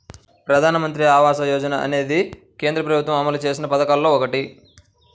ప్రధానమంత్రి ఆవాస యోజన అనేది కేంద్ర ప్రభుత్వం అమలు చేసిన పథకాల్లో ఒకటి